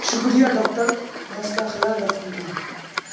شکریہ ڈاکٹر میں اس کا خیال رکھوں گی